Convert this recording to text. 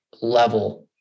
level